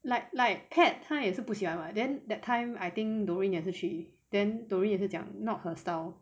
like like pat 他也是不喜欢 mah then that time I think dorrine 也是去 then dorrine 也是讲 not her style